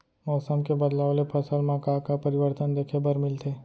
मौसम के बदलाव ले फसल मा का का परिवर्तन देखे बर मिलथे?